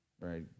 right